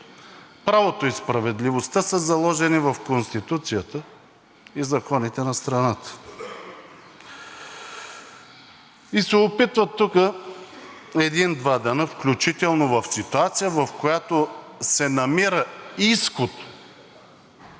Правото и справедливостта са заложени в Конституцията и законите на страната. Опитват се тук един-два дена, включително в ситуация, в която се намира изход